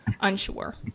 unsure